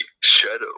Shadow